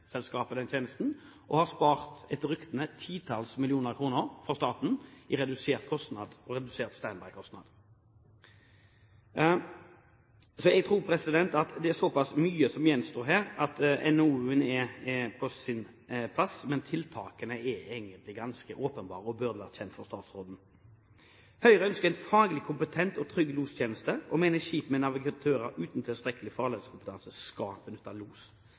har spart – etter ryktene – titalls millioner kroner for staten i redusert kostnad og redusert standby kostnad. Jeg tror at det er såpass mye som gjenstår her, så NOU-en er på sin plass, men tiltakene er egentlig ganske åpenbare og burde være kjent for statsråden. Høyre ønsker en faglig kompetent og trygg lostjeneste og mener skip med navigatører uten tilstrekkelig farledskompetanse skal benytte los.